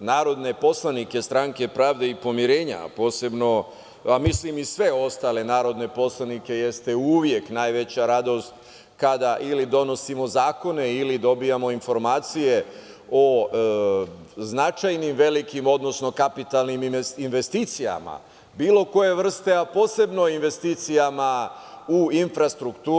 narodne poslanike Stranke pravde i pomirenja, mislim i sve ostale narodne poslanike, jeste uvek najveća radost kada ili donosimo zakone ili dobijamo informacije o značajnim velikim, odnosno kapitalnim investicijama bilo koje vrste, a posebno investicijama u infrastrukturu.